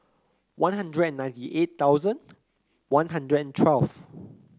One Hundred and ninety eight thousand One Hundred and twelfth